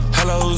Hello